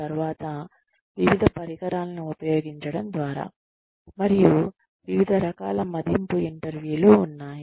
తరువాత వివిధ రకాల మదింపు ఇంటర్వ్యూలు ఉన్నాయి